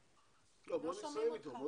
לא, בואו נסיים איתו.